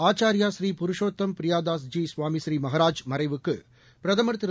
ஆச்சார்யா ஸ்ரீ புருஷோத்தம் பிரியாதாஸ் ஜி சுவாமி ஸ்ரீ மகராஜ் மறைவுக்குபிரதமர் திரு